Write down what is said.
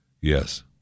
Yes